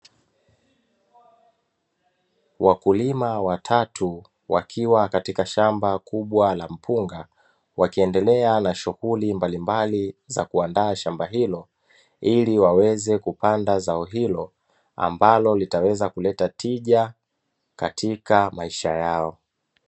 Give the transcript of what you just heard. Wakulima watatu wakiwa katika shamba kubwa la mpunga wakiendelea na shughuli mbalimbali za kuandaa shamba hilo, ili waweze kupanda zao hilo ambalo litaweza kuleta tija katika maisha yao.